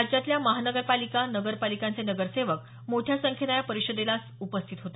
राज्यातल्या महानगरपालिका नगरपालिकांचे नगरसेवक मोठ्या संख्येनं या परिषदेला उपस्थित होते